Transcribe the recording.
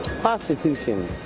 Prostitution